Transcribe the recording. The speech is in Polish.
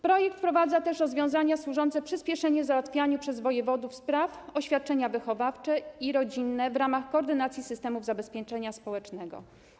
Projekt wprowadza też rozwiązania służące przyspieszeniu procesu załatwiania przez wojewodów spraw o świadczenia wychowawcze i rodzinne w ramach koordynacji systemów zabezpieczenia społecznego.